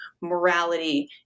morality